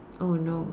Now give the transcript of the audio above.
oh no